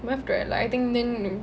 we have to like I think then